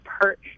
perch